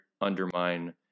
undermine